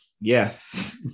Yes